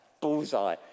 bullseye